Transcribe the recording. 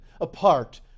apart